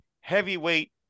heavyweight